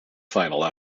final